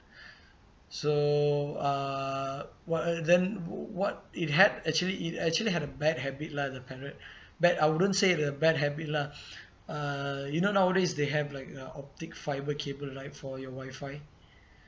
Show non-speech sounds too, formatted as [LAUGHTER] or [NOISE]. [BREATH] so uh what other then what it had actually it actually had a bad habit lah the parrot but I wouldn't say the bad habit lah [BREATH] uh you know nowadays they have like uh optic fibre cable like for your wifi